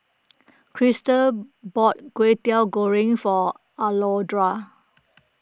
Crystal bought Kwetiau Goreng for Alondra